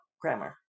grammar